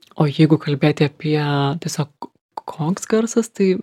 o jeigu kalbėti apie tiesiog koks garsas tai